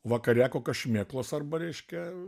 vakare kokios šmėklos arba reiškia